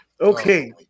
Okay